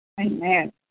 amen